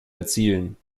erzielen